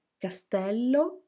castello